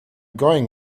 going